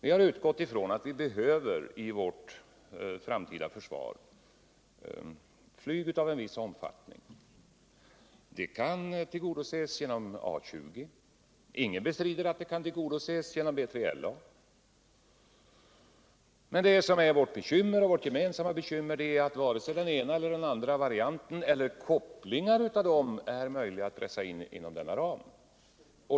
Vi har utgått ifrån att vi i vårt framtida försvar behöver flyg av en viss omfattning. Det behovet kan tillgodoses genom A 20, och ingen bestrider att det kan tillgodoses genom B3LA. Men det som är vårt gemensamma bekymmer är att varken den ena eller den andra varianten — eller kopplingar mellan dessa — är möjlig att pressa in i denna ram.